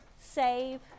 save